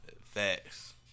Facts